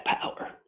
power